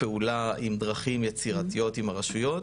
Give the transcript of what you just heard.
פעולה עם דרכים יצירתיות עם הרשויות,